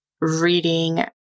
reading